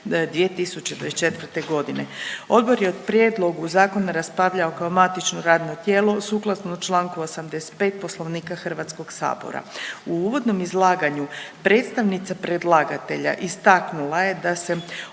Odbor je o prijedlogu zakona raspravljao kao matično radno tijelo sukladno s čl. 85. Poslovnika HS-a. U uvodnom izlaganju predstavnica predlagatelja istaknula je da se